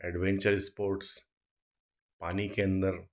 adventure sports पानी के अन्दर